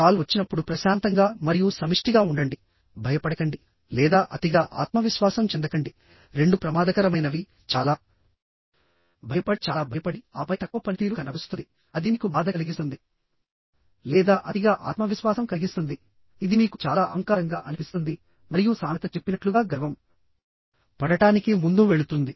call వచ్చినప్పుడు ప్రశాంతంగా మరియు సమిష్టిగా ఉండండి భయపడకండి లేదా అతిగా ఆత్మవిశ్వాసం చెందకండి రెండూ ప్రమాదకరమైనవి చాలా భయపడి చాలా భయపడి ఆపై తక్కువ పనితీరు కనబరుస్తుంది అది మీకు బాధ కలిగిస్తుంది లేదా అతిగా ఆత్మవిశ్వాసం కలిగిస్తుంది ఇది మీకు చాలా అహంకారంగా అనిపిస్తుంది మరియు సామెత చెప్పినట్లుగా గర్వం పడటానికి ముందు వెళుతుంది